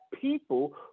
people